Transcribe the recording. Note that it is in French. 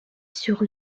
sur